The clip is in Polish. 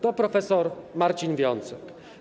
To prof. Marcin Wiącek.